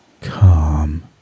calm